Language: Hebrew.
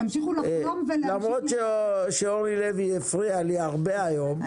שימשיכו לחלום --- למרות שאורלי לוי הפריעה לי הרבה היום,